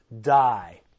die